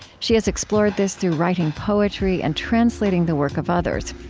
she has explored this through writing poetry and translating the work of others.